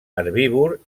herbívor